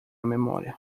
memória